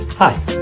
Hi